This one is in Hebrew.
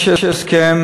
יש הסכם